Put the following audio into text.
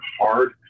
hard